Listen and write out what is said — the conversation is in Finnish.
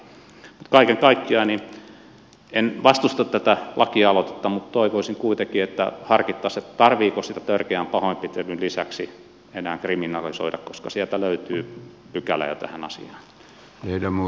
mutta kaiken kaikkiaan en vastusta tätä laki aloitetta mutta toivoisin kuitenkin että harkittaisiin tarvitseeko sitä törkeän pahoinpitelyn lisäksi enää kriminalisoida koska sieltä löytyy pykälä jo tähän asiaan